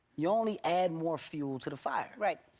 you only add more fuel to the fire. right.